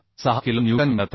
06 kilo newton मिळत आहेत